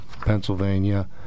Pennsylvania